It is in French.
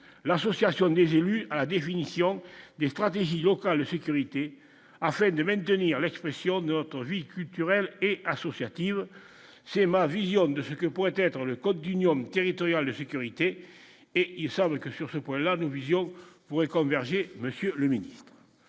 l'Association des élus à la définition des stratégies locales sécurité afin de maintenir l'expression de notre vie culturelle et associative c'est ma vision de ce que pourrait être le code d'union territoriale de sécurité et il semble que sur ce point-là, nous visions pourraient converger, Monsieur le Ministre,